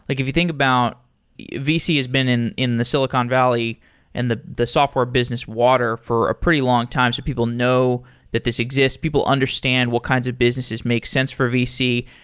like if you think about vc has been in in the silicon valley and the the software business water for a pretty long time. so people know that this exists. people understand what kinds of businesses make sense for vc.